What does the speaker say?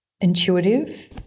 intuitive